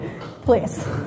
Please